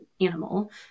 animal